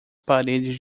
paredes